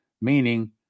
meaning